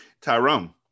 Tyrone